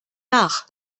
nach